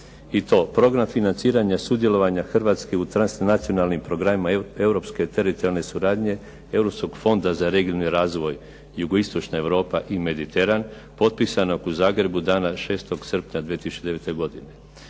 Program financiranja sudjelovanja Hrvatske u transnacionalnim programima europske teritorijalne suradnje Europskog fonda za regionalni razvoj "Jugoistočna Europa" i "Mediteran" potpisanog u Zagrebu dana 6. srpnja 2009. godine,